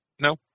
No